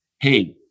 hey